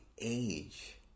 age